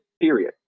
period